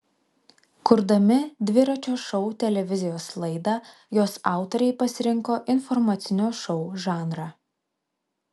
kurdami dviračio šou televizijos laidą jos autoriai pasirinko informacinio šou žanrą